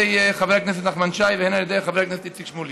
חבר הכנסת נחמן שי והן על ידי חבר הכנסת איציק שמולי.